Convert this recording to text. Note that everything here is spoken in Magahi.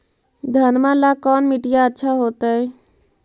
घनमा ला कौन मिट्टियां अच्छा होतई?